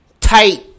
tight